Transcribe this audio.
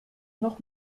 noch